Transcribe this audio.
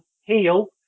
heal